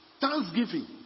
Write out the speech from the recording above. thanksgiving